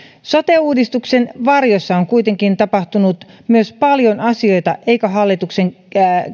sote uudistuksen varjossa on kuitenkin tapahtunut paljon asioita eikä hallituksen